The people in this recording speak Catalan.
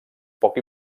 poc